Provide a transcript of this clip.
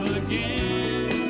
again